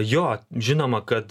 jo žinoma kad